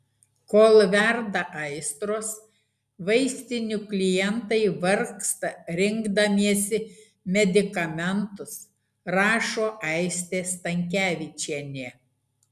kol verda aistros vaistinių klientai vargsta rinkdamiesi medikamentus rašo aistė stankevičienė